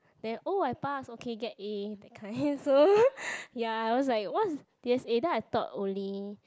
then oh I pass okay get A that kind so ya I was like what's D_S_A then I thought only